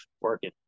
working